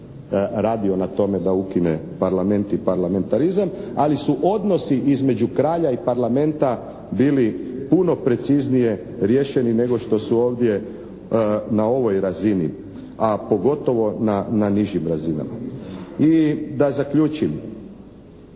radio na tome da ukine Parlament i parlamentarizam, ali su odnosi između kralja i Parlamenta bili puno preciznije riješeni nego što su ovdje na ovoj razini, a pogotovo na nižim razinama. I da zaključim.